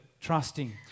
trusting